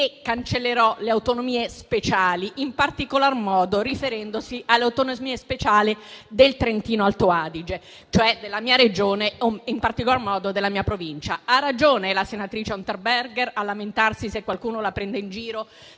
cancellerò le autonomie speciali", in particolar modo riferendosi alle autonomie speciali del Trentino-Alto Adige, cioè della mia Regione, e soprattutto della mia Provincia. Ha ragione la senatrice Unterberger a lamentarsi se qualcuno la prende in giro